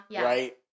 right